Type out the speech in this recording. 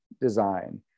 design